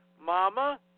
Mama